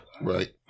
right